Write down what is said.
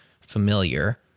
familiar